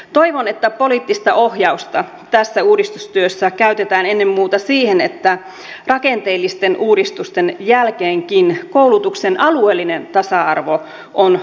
toivon että poliittista ohjausta tässä uudistustyössä käytetään ennen muuta siihen että rakenteellisten uudistusten jälkeenkin koulutuksen alueellinen tasa arvo on turvattu